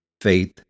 Faith